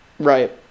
Right